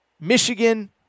Michigan